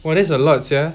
!wah! that's a lot sia